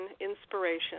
Inspiration